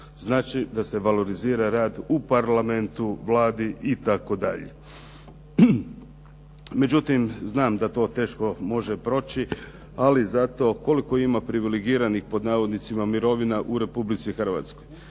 Znači, da se valorizira rad u parlamentu, Vladi itd. Međutim, znam da to teško može proći ali zato koliko ima "privilegiranih" mirovina u Republici Hrvatskoj.